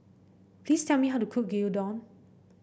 please tell me how to cook Gyudon